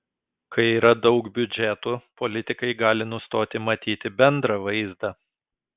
kai yra daug biudžetų politikai gali nustoti matyti bendrą vaizdą